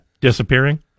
Disappearing